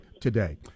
today